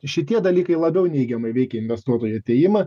šitie dalykai labiau neigiamai veikia investuotojų atėjimą